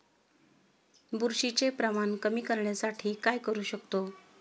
बुरशीचे प्रमाण कमी करण्यासाठी काय करू शकतो?